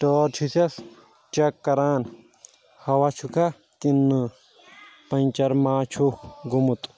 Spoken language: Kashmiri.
ٹٲر چھُس چیٚک کران ہوا چھُکھا کِنہٕ نہٕ پنچر ما چھُکھ گوٚمُت